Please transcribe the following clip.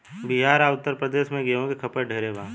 बिहार आ उत्तर प्रदेश मे गेंहू के खपत ढेरे बा